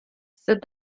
said